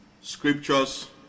scriptures